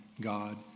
God